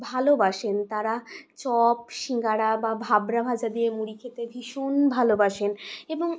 ভালোবাসেন তারা চপ শিঙ্গাড়া বা ভাবরা ভাজা দিয়ে মুড়ি খেতে ভীষণ ভালোবাসেন এবং